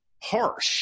harsh